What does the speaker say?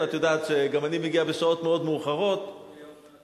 ואת יודעת שגם אני מגיע בשעות מאוחרות מאוד,